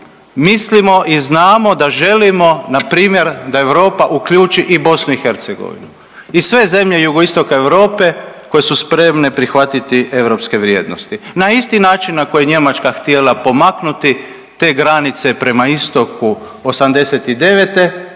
mislimo i znamo da želimo na primjer da Europa uključi i BiH i sve zemlje jugoistoka Europe koje su spremne prihvatiti europske vrijednosti na isti način na koji je Njemačka htjela pomaknuti te granice prema istoku '89.